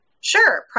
Sure